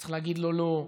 צריך להגיד לו "לא",